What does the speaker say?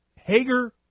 Hager